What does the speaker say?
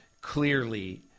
clearly